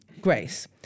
Grace